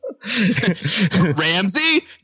Ramsey